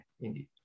indeed